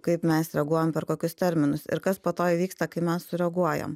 kaip mes reaguojam per kokius terminus ir kas po to įvyksta kai mes sureaguojam